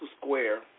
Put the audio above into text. Square